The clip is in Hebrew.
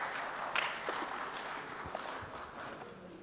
(מחיאות כפיים)